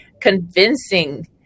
convincing